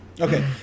Okay